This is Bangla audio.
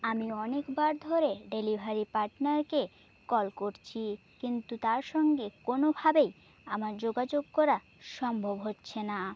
আমি অনেকবার ধরে ডেলিভারি পার্টনারকে কল করছি কিন্তু তার সঙ্গে কোনভাবেই আমার যোগাযোগ করা সম্ভব হচ্ছে না